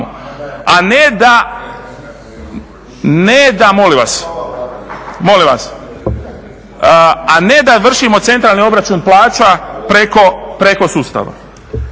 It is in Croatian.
Molim vas! A ne da vršimo centralni obračun plaća preko sustava.